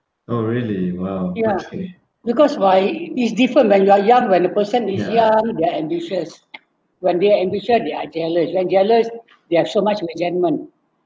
because why it's different when you are young when the person is young they are ambitious when they are ambitious they are jealous when jealous they are so much in the